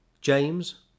James